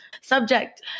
subject